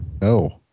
No